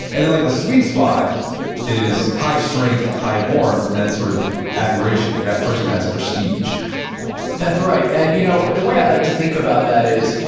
and then, like the sweet spot is high strength, high warmth, and that sort of admiration. like, that person has prestige that's right. and you know the way i like to think about that, is,